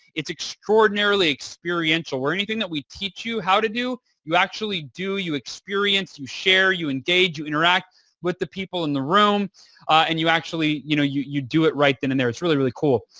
it's extraordinarily experiential where anything that we teach you how to do, you actually do. you experience, you share, you engage, you interact with the people in the room and you actually, you know you you do it right then and there. it's really, really cool.